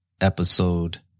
Episode